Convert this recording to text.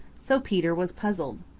so peter was puzzled.